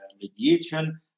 mediation